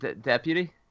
Deputy